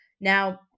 Now